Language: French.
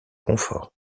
confort